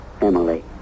Emily